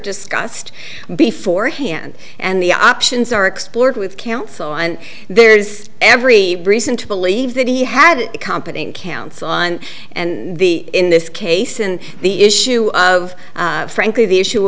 discussed before hand and the options are explored with counsel and there is every reason to believe that he had competent counsel on and the in this case and the issue of frankly the issue